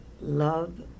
love